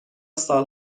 سال